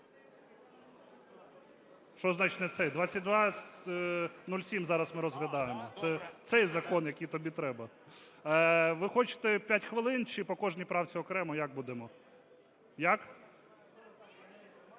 Що значить "не цей"? 2207 зараз ми розглядаємо. Це цей закон, який тобі треба. Ви хочете п'ять хвилин чи по кожній правці окремо, як будемо? Як?